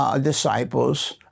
disciples